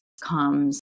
comes